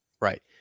right